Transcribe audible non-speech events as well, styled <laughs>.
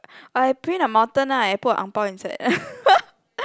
or I print a mountain ah I put a ang bao inside <laughs>